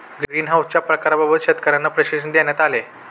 ग्रीनहाउसच्या प्रकारांबाबत शेतकर्यांना प्रशिक्षण देण्यात आले